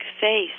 face